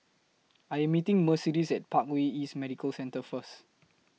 I Am meeting Mercedes At Parkway East Medical Centre First